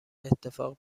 اتفاق